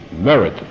merit